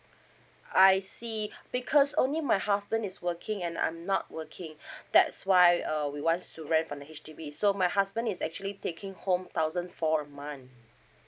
I see because only my husband is working and I'm not working that's why uh we wants to rent from the H_D_B so my husband is actually taking home thousand four a month